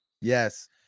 Yes